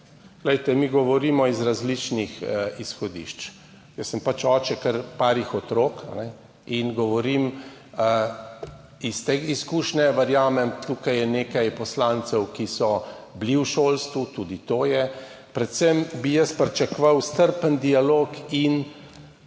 Mi govorimo iz različnih izhodišč. Jaz sem oče kar nekaj otrok in govorim iz te izkušnje, verjamem, tukaj je nekaj poslancev, ki so bili v šolstvu, tudi to je. Predvsem bi jaz pričakoval strpen dialog in